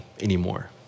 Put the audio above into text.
anymore